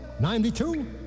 92